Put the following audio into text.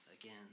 Again